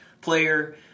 player